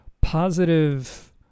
positive